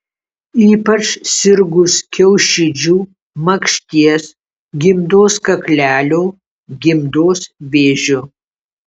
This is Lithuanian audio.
ypač sirgus kiaušidžių makšties gimdos kaklelio gimdos vėžiu